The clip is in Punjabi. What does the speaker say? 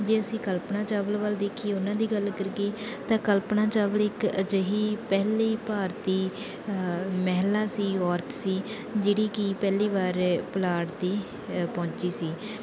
ਜੇ ਅਸੀਂ ਕਲਪਨਾ ਚਾਵਲਾ ਵੱਲ ਦੇਖੀਏ ਉਹਨਾਂ ਦੀ ਗੱਲ ਕਰੀਏ ਤਾਂ ਕਲਪਨਾ ਚਾਵਲਾ ਇੱਕ ਅਜਿਹੀ ਪਹਿਲੀ ਭਾਰਤੀ ਮਹਿਲਾ ਸੀ ਔਰਤ ਸੀ ਜਿਹੜੀ ਕਿ ਪਹਿਲੀ ਵਾਰ ਪਲਾਟ 'ਤੇ ਪਹੁੰਚੀ ਸੀ